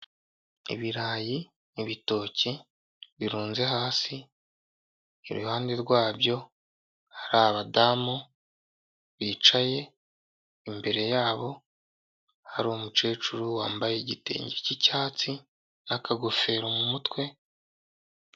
Ibirayi n'ibitoki birunze hasi, iruhande rwabyo hari abadamu bicaye, imbere yabo hari umucecuru wambaye igitenge cy'icyatsi n'akagofero mu mutwe,